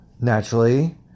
naturally